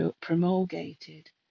promulgated